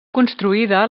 construïda